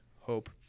Hope